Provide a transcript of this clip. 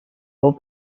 fou